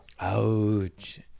Ouch